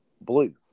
blue